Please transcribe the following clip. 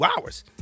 hours